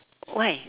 why